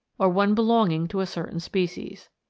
or one belonging to a certain species.